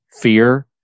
fear